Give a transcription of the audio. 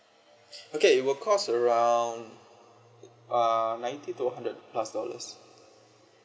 okay it will cost around uh ninety to hundred plus dollars